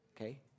okay